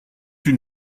une